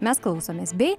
mes klausomės bei